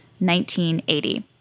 1980